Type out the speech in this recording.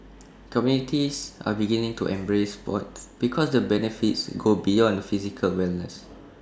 communities are beginning to embrace Sport because the benefits go beyond physical wellness